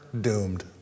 doomed